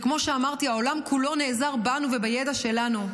וכמו שאמרתי, העולם כולו נעזר בנו ובידע שלנו.